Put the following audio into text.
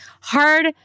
hard